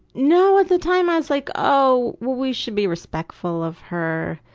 no, at the time, i was like, oh, well we should be respectful of her.